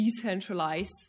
decentralize